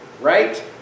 right